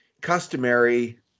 customary